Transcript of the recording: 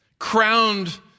crowned